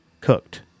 cooked